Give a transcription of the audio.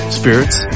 spirits